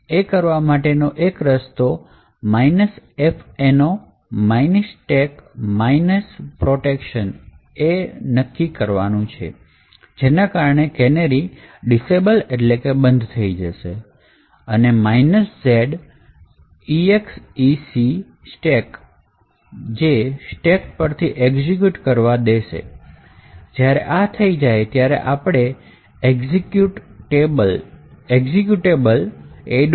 એ કરવા માટેનો રસ્તો fno stack protection એ નક્કી કરવું છે જેના કારણે કેનેરી ડિસેબલ થઈ જશે અને z execstack સ્ટેક પરથી એક્ઝિક્યુટ કરવા દેશે જ્યારે આ થઈ જાય છે ત્યારે આપણને એક્ઝિક્યુ ટેબલ a